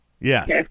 Yes